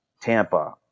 Tampa